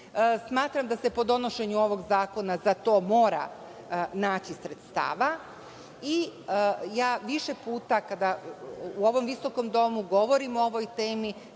opštine. Smatram da se po donošenju ovog zakona za to mora naći sredstava i ja više puta kada u ovom visokom domu govorim o ovoj temi,